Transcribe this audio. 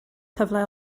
cyfle